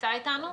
נימצא אתנו?